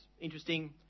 interesting